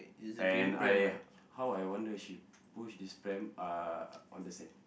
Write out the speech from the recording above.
and I how I wonder she push this pram uh on the sand